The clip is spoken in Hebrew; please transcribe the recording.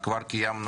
קובי.